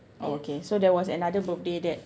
oh okay so there was another birthday that